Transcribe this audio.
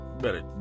better